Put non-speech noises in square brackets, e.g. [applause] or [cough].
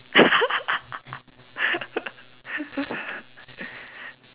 [laughs]